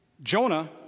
Jonah